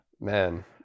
Man